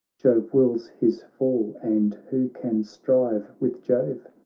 jove wills his fall, and who can strive with jove?